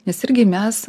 nes irgi mes